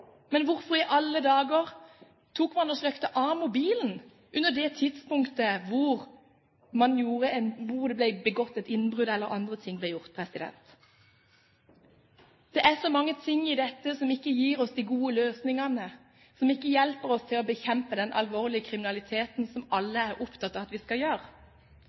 Men plutselig tenkte jeg: Det kan jo også bli en mistanke. Hvorfor i alle dager slo man av mobilen under det tidspunktet hvor det ble begått et innbrudd eller andre ting ble gjort? Det er så mange ting i dette som ikke gir oss de gode løsningene, som ikke hjelper oss til å bekjempe den alvorlige kriminaliteten, som alle er opptatt av at vi skal gjøre.